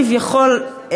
כביכול,